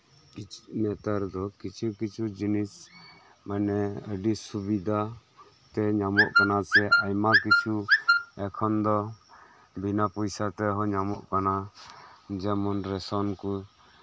ᱱᱮᱛᱟᱨ ᱫᱚ ᱠᱤᱪᱷᱩ ᱠᱤᱪᱷᱩ ᱡᱤᱱᱤᱥ ᱢᱟᱱᱮ ᱥᱩᱵᱤᱫᱷᱟᱛᱮ ᱧᱟᱢᱚᱜ ᱠᱟᱱᱟ ᱥᱮ ᱥᱮ ᱟᱭᱢᱟ ᱠᱤᱪᱷᱩ ᱮᱠᱷᱚᱱ ᱫᱚ ᱵᱤᱱᱟ ᱯᱚᱭᱥᱟ ᱛᱮᱦᱚᱸ ᱧᱟᱢᱚᱜ ᱠᱟᱱᱟ ᱡᱮᱢᱚᱱ ᱨᱮᱥᱚᱱ ᱠᱚ